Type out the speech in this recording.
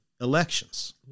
elections